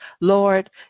Lord